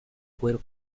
cuero